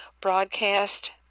broadcast